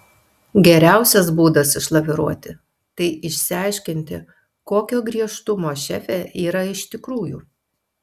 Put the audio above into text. geriausias būdas išlaviruoti tai išsiaiškinti kokio griežtumo šefė yra iš tikrųjų